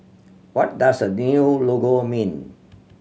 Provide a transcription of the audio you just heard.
what does the new logo mean